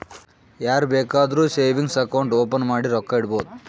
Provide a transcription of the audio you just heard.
ಯಾರ್ ಬೇಕಾದ್ರೂ savings account open ಮಾಡಿ ರೊಕ್ಕಾ ಇಡ್ಬೋದು